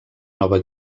nova